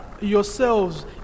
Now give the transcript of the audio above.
yourselves